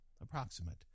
approximate